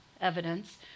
evidence